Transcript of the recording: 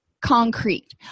concrete